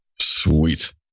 Sweet